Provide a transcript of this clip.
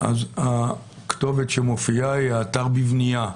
הכתובת שמופיעה היא האתר בבנייה.